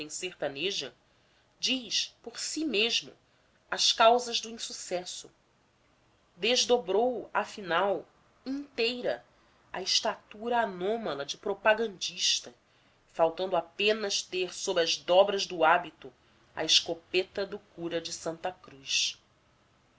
sertaneja diz por si mesmo as causas do insucesso desdobrou afinal inteira a estatura anômala de propagandista faltando apenas ter sob as dobras do hábito a escopeta do cura de santa cruz